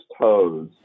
toes